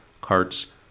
carts